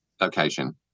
location